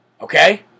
okay